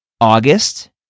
August